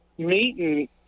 Meeting